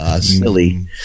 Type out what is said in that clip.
silly